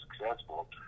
successful